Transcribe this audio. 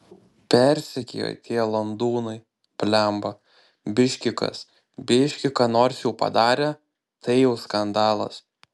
persekioja tie landūnai blemba biški kas biški ką nors jau padarė tai jau skandalas